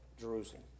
Jerusalem